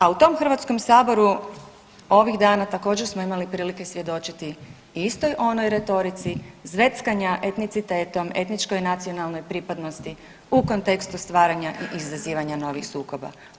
A u tom Hrvatskom saboru ovih dana također smo imali prilike svjedočiti istoj onoj retorici zveckanja etnicitetom etničkoj nacionalnoj pripadnosti u kontekstu stvaranja i izazivanja novih sukoba.